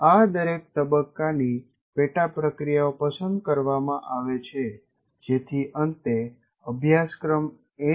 આ દરેક તબક્કાની પેટા પ્રક્રિયાઓ પસંદ કરવામાં આવે છે જેથી અંતે અભ્યાસક્રમ એન